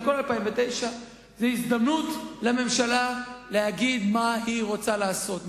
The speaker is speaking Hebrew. זה על כל 2009. זו הזדמנות לממשלה להגיד מה היא רוצה לעשות.